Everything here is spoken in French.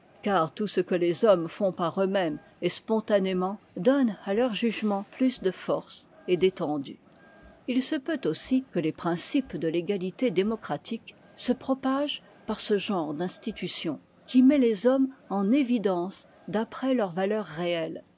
car tout ce que les hommes font par eux-mêmes et spontanément donne à leur jugement plus de force et d'étendue il se peut aussi que les principes de l'égalité démocratique se propagent par ce genre d'institutions qui met les hommes en évidence d'après leur valeur réelle